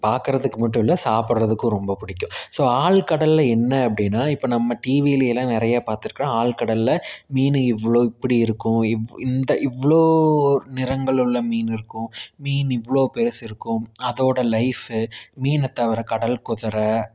பார்க்கறதுக்கு மட்டும் இல்லை சாப்பிட்றதுக்கும் ரொம்ப பிடிக்கும் ஸோ ஆழ்கடலில் என்ன அப்படின்னா இப்போ நம்ம டிவிலையெலாம் நிறைய பார்த்துருக்குறோம் ஆழ்கடலில் மீன் இவ்ளோ இப்டி இருக்கும் இவ் இந்த இவ்ளோ நிறங்கள் உள்ள மீன் இருக்கும் மீன் இவ்ளோ பெருசு இருக்கும் அதோட லைஃப்பு மீனை தவிர கடல் குதிரை